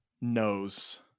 knows